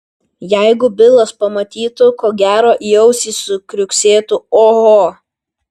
jeigu bilas pamatytų ko gero į ausį sukriuksėtų oho